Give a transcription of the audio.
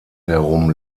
herum